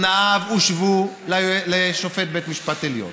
תנאיו הושוו לשופט בית משפט עליון